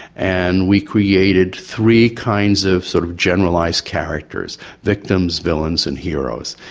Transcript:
and we created three kinds of sort of generalised characters victims, villains and heroes,